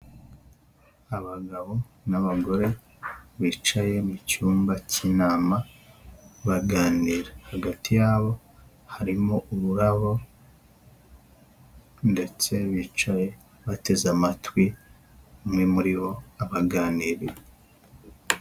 Abagabo n'abagore, bicaye mu cyumba cy'inama, baganira. Hagati yabo, harimo ururabo ndetse bicaye bateze amatwi, umwe muri bo abaganirira.